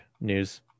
news